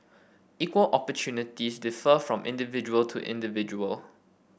equal opportunities differ from individual to individual